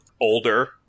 older